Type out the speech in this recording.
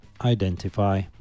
Identify